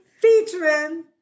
featuring